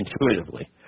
intuitively